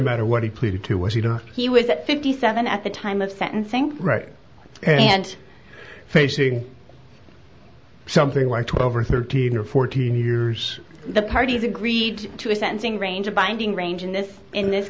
matter what he pleaded to was you know he was at fifty seven at the time of sentencing right and facing something like twelve or thirteen or fourteen years the parties agreed to a sentencing range a binding range in this in this